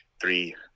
three